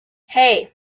hey